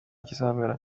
kizabera